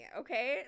okay